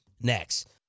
Next